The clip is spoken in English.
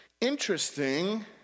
Interesting